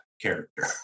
character